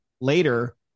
later